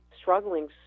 struggling